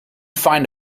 find